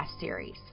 series